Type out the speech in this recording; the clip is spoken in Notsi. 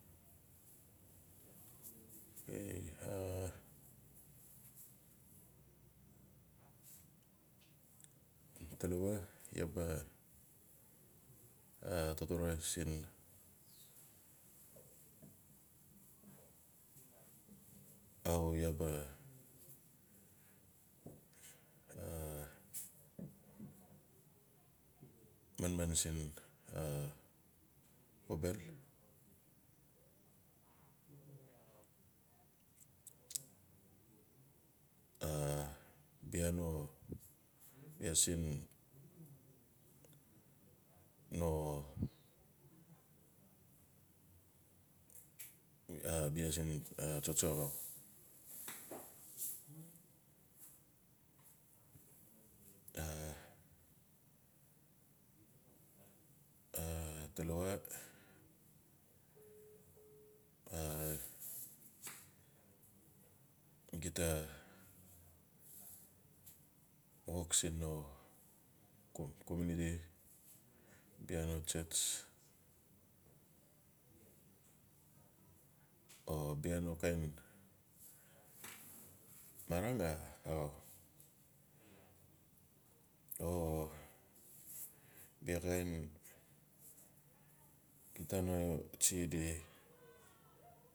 a talawa iaa ba totore siin, how iaa ba manman siin a xobel a bia no. bia siin no- bia no ta tsotso axau. A talawa a gita wok siin no comuniti bia no church. o bia no kain marang a axau o bia nan gita no tsi.